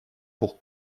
pour